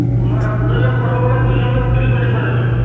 ଶୁନତ କୁଡ଼ିଏ ଲୋକ୍ କର୍ବ ବେଲେ ଦୁଇ ଜଣ୍କେ ଫ୍ରି ପଛେ କରିଦେବି ମୁଇଁ